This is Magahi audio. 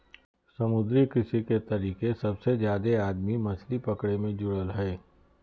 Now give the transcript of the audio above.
समुद्री कृषि के तरीके सबसे जादे आदमी मछली पकड़े मे जुड़ल हइ